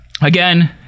Again